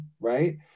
right